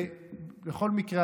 בכל מקרה,